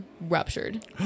ruptured